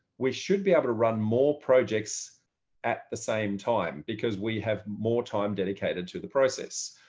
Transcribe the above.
we should be able to run more projects at the same time because we have more time dedicated to the process,